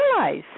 realize